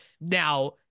now